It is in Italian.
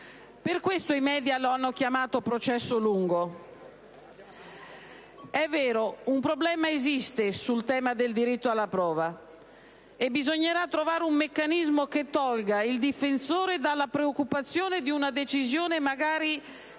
Per questo i *media* hanno parlato di «processo lungo». È vero, un problema esiste sul tema del diritto alla prova, e bisognerà trovare un meccanismo che tolga i difensori dalla preoccupazione di una decisione magari